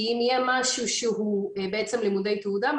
כי אם יהיה משהו שהוא בעצם לימודי תעודה,